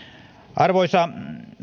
arvoisa